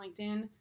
LinkedIn